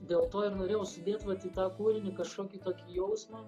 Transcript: dėl to ir norėjau sudėt vat į tą kūrinį kažkokį tokį jausmą